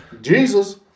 Jesus